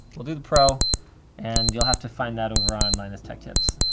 we'll do the pro and you'll have to find that over on linus tech tips.